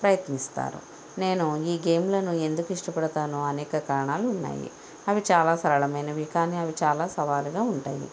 ప్రయత్నిస్తారు నేను ఈ గేమ్లను ఎందుకు ఇష్టపడతానో అనేక కారణాలు ఉన్నాయి అవి చాలా సరళమైనవి కానీ అవి చాలా సవాలుగా ఉంటాయి